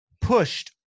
pushed